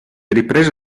riprese